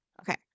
Okay